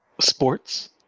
sports